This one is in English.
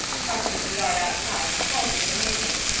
crossing the yard outside, halted in amazement.